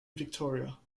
victoria